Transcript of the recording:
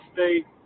State